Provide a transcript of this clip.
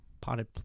potted